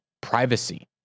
privacy